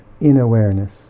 in-awareness